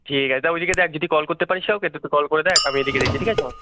ঠিক আছে তা ওই দিকে দেখ যদি কল করতে পারিস কাউকে তা তুই কল করে দেখ আমি এই দিকে দেখছি ঠিক আছে